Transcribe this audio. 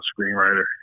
screenwriter